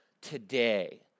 today